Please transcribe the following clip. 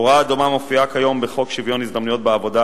הוראה דומה מופיעה כיום בחוק שוויון ההזדמנויות בעבודה,